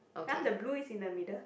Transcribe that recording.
ya the blue is in the middle